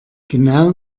genau